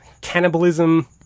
cannibalism